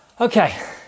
Okay